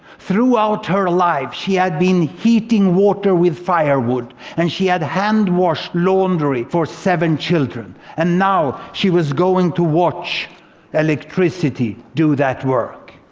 throughout her life she had been heating water with firewood, and she had hand washed laundry for seven children. and now, she was going to watch electricity do that work.